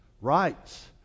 rights